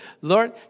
Lord